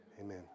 Amen